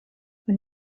und